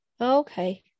Okay